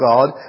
God